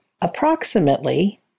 approximately